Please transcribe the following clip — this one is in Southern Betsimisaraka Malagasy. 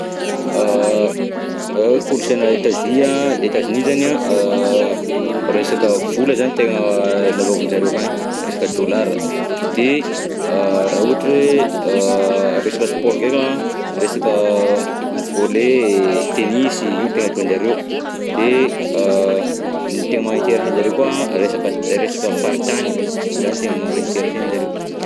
Kolonsaina Etats-unis, Etats-unis zany an resaka vola zany tena lalaovin'izareo akany, resaka dolara, de a raha ohatra hoe resaka sport ndreka resaka volley, tennis, io no tena ataon'izareo, de ny tena maha-interessé an'zareo koa an, resaka t- resaka faritany, zany no tena mampainteressé anjareo.